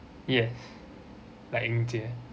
yes like ying jie